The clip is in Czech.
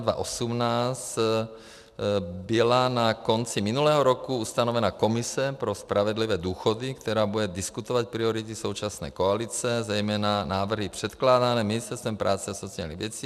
Na konci minulého roku byla ustanovena komise pro spravedlivé důchody, která bude diskutovat priority současné koalice, zejména návrhy předkládané Ministerstvem práce a sociálních věcí.